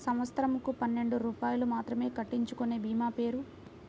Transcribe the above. సంవత్సరంకు పన్నెండు రూపాయలు మాత్రమే కట్టించుకొనే భీమా పేరు?